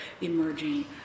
emerging